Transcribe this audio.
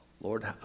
Lord